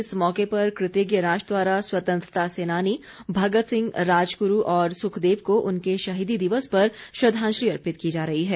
इस मौके पर कृतज्ञ राष्ट्र द्वारा स्वतंत्रता सेनानी भगत सिंह राजगुरू और सुखदेव को उनके शहीदी दिवस पर श्रद्धांजलि अर्पित की जा रही है